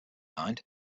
mind